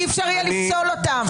אי-אפשר יהיה לפסול אותן,